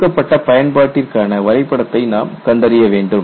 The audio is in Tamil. கொடுக்கப்பட்ட பயன்பாட்டிற்கான வரைபடத்தை நாம் கண்டறிய வேண்டும்